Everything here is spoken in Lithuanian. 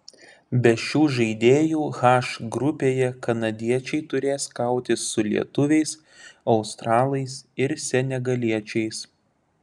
be šių žaidėjų h grupėje kanadiečiai turės kautis su lietuviais australais ir senegaliečiais